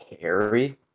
carry